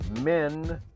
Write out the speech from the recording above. men